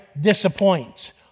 disappoints